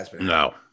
No